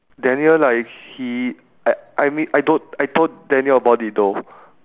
daniel like he I I mean I don't I told daniel about it though